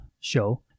show